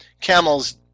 Camels